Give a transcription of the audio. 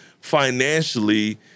financially